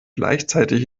gleichzeitig